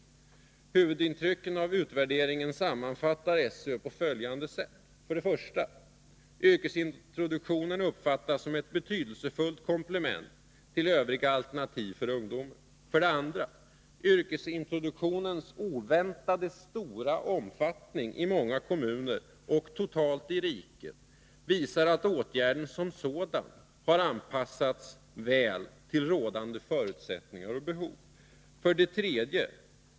Huvudintrycken av utvärderingen sammanfattar skolöverstyrelsen på följande sätt: 1. Yrkesintroduktionen uppfattas som ett betydelsefullt komplement till övriga alternativ för ungdomen. 2. Yrkesintroduktionens oväntat stora omfattning i många kommuner och totalt i riket visar att åtgärden som sådan har anpassats till rådande förutsättningar och behov. 3.